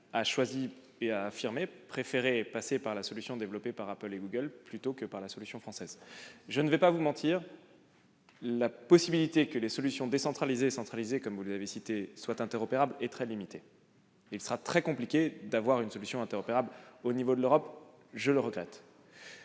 techniques, l'Allemagne a préféré retenir la solution développée par Apple et Google plutôt que la solution française. Je ne vais pas vous mentir : la possibilité que les solutions décentralisées et centralisées soient interopérables est très limitée. Il sera très compliqué d'avoir une solution interopérable au niveau européen, et je le regrette.